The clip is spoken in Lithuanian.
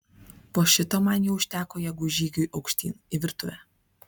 po šito man jau užteko jėgų žygiui aukštyn į virtuvę